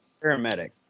Paramedic